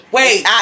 Wait